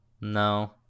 No